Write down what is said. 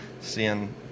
seeing